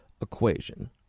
equation